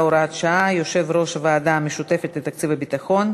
הוראת שעה) (יושב-ראש הוועדה המשותפת לתקציב הביטחון),